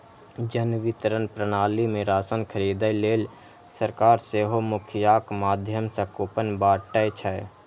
जन वितरण प्रणाली मे राशन खरीदै लेल सरकार सेहो मुखियाक माध्यम सं कूपन बांटै छै